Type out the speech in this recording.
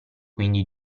quindi